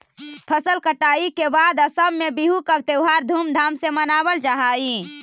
फसल कटाई के बाद असम में बिहू का त्योहार धूमधाम से मनावल जा हई